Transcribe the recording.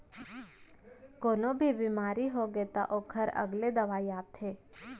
कोनो भी बेमारी होगे त ओखर अलगे दवई आथे